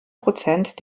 prozent